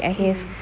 kan